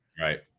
Right